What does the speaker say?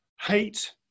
hate